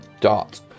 dot